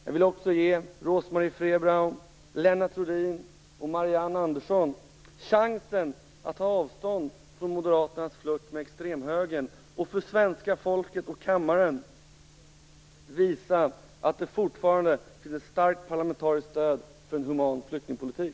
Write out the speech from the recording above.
Jag vill också ge Rose-Marie Frebran, Lennart Rohdin och Marianne Andersson chansen att ta avstånd från Moderaternas flört med extremhögern och att för svenska folket och kammaren visa att det fortfarande finns ett starkt parlamentariskt stöd för en human flyktingpolitik.